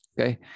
okay